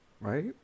Right